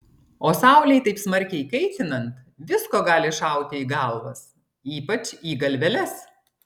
o saulei taip smarkiai kaitinant visko gali šauti į galvas ypač į galveles